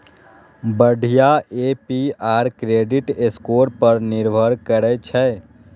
बढ़िया APR credit score पर निर्भर करै छै